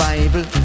Bible